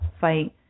fight